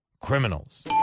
Criminals